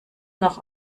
noch